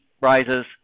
rises